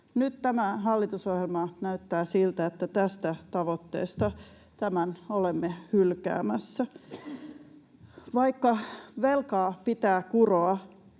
Nyt tämä hallitusohjelma näyttää siltä, että tämän tavoitteen olemme hylkäämässä. Vaikka velkaa pitää kuroa,